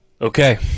Okay